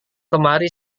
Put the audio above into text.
kemari